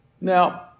Now